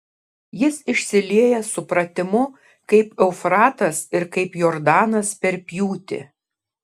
jis išsilieja supratimu kaip eufratas ir kaip jordanas per pjūtį